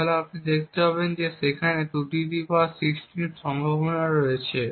তাহলে আপনি দেখতে পাবেন যে সেখানে 216 সম্ভাবনা আছে